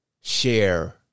share